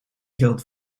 geldt